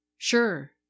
sure